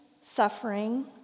suffering